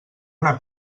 una